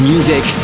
Music